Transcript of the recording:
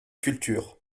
culture